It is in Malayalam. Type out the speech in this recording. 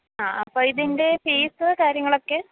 ആ അപ്പോള് ഇതിന്റെ ഫീസ്സ് കാര്യങ്ങളൊക്കെ